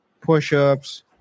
push-ups